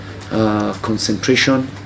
concentration